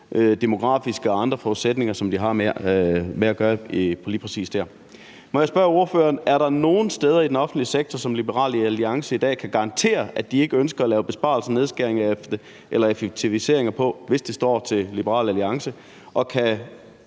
demografiske og andre forudsætninger, som vi har med at gøre lige præcis der. Må jeg spørge ordføreren: Er der nogen steder i den offentlige sektor, som Liberal Alliance i dag kan garantere at de ikke ønsker at lave besparelser og nedskæringer eller effektiviseringer på, hvis det står til Liberal Alliance, og kan